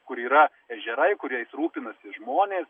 kur yra ežerai kuriais rūpinasi žmonės